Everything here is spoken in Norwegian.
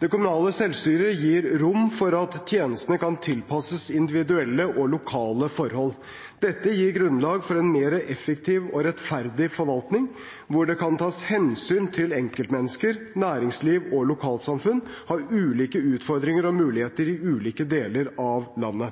Det kommunale selvstyret gir rom for at tjenestene kan tilpasses individuelle og lokale forhold. Dette gir grunnlag for en mer effektiv og rettferdig forvaltning, hvor det kan tas hensyn til at enkeltmennesker, næringsliv og lokalsamfunn har ulike utfordringer og muligheter i ulike deler av landet.